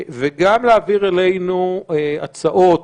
וגם להעביר אלינו הצעות.